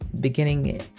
beginning